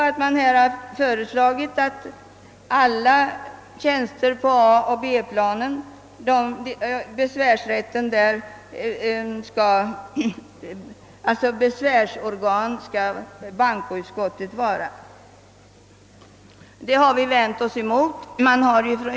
Det har föreslagits att bankoutskottet skall vara besvärsorgan beträffande alla tjänster på A och B-planen. Vi har vänt oss emot detta.